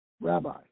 Rabbi